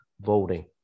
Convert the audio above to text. voting